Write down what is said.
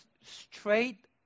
straight